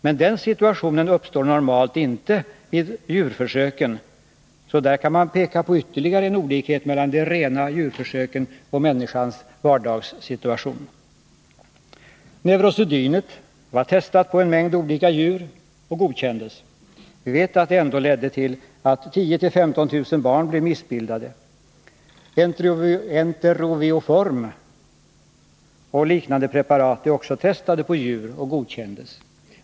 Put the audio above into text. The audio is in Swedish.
Men den situationen uppstår normalt inte vid djurförsöken, så där kan man peka på ytterligare en olikhet mellan de rena djurförsöken och människans vardagssituation. Neurosedynet var testat på en mängd olika djur och godkändes. Vi vet att det ändå ledde till att 10 000-15 000 barn blev missbildade. Enterovioform och liknande preparat är också testade på djur och har godkänts.